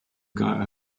got